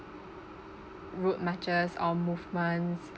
road marches or movements